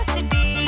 City